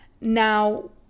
Now